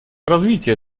развития